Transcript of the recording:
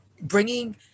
Bringing